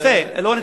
לא, לא.